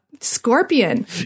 scorpion